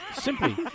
Simply